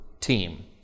team